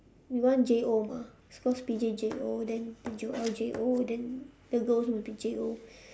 we want J O mah it's cause J O then joel J O then the girl also must be J O